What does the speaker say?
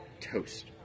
toast